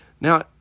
Now